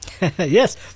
Yes